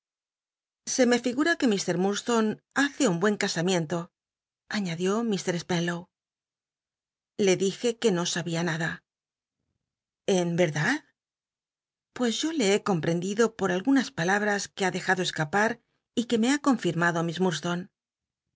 se me figura que mr i urdstonc hace un buen casamiento aíi td ió mr spcnlow le dije c ue no sabia nada en edad pues yo lo he comprendido por algunas palabras que ha dejado escapar y que me ha confirmado